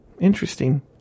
Interesting